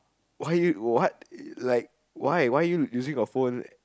why you what like why why are you using your phone